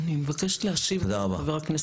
כל הנושא של הקורונה היה נושא חירום.